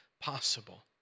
possible